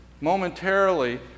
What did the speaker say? momentarily